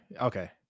Okay